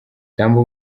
tambo